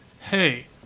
Hey